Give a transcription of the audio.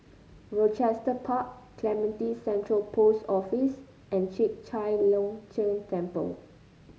Rochester Park Clementi Central Post Office and Chek Chai Long Chuen Temple